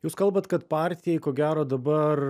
jūs kalbat kad partijai ko gero dabar